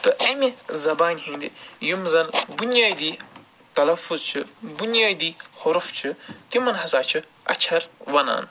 تہٕ اَمہِ زَبانہِ ہِنٛدِ یِم زَن بُنیادی تَلفُظ چھُ بُنیٲدی حرُف چھُ تِمَن ہسا چھُ اَچھر وَنان